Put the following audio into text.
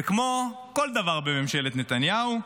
וכמו כל דבר בממשלת נתניהו,